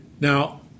Now